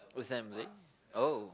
oh